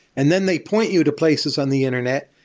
and then, they point you to places on the internet,